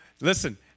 Listen